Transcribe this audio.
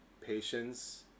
patience